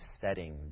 setting